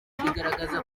kigaragaza